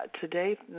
today